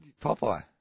Popeye